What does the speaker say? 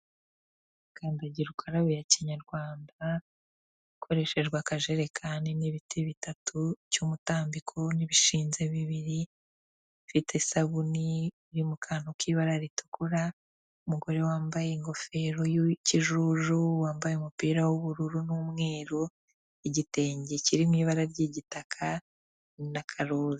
Kandagira ukarabe ya kinyarwanda hakoreshejwe akajerekani n'ibiti bitatu by'umutambiko n'ibishinze bibiri, ifite isabune iri mu kantu k'ibara ritukura, umugore wambaye ingofero y'ikijuju wambaye umupira w'ubururu n'umweru, igitenge kiririmo ibara ry'igitaka n'akaruru.